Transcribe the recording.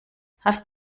hast